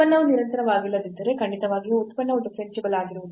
ಉತ್ಪನ್ನವು ನಿರಂತರವಾಗಿಲ್ಲದಿದ್ದರೆ ಖಂಡಿತವಾಗಿಯೂ ಉತ್ಪನ್ನವು ಡಿಫರೆನ್ಸಿಬಲ್ ಆಗಿರುವುದಿಲ್ಲ